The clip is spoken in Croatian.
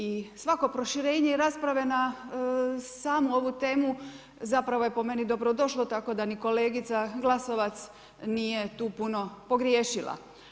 I svako proširenje i rasprave na samu ovu temu zapravo je po meni dobrodošlo tako da ni kolegica Glasovac nije tu puno pogriješila.